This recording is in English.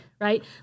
right